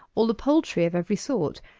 all the poultry of every sort,